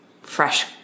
fresh